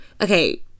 Okay